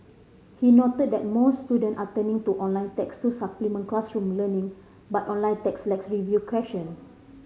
he noted that more student are turning to online text to supplement classroom learning but online text lacks review question